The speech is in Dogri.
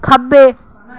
खब्बै